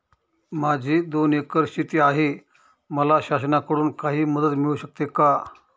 माझी दोन एकर शेती आहे, मला शासनाकडून काही मदत मिळू शकते का?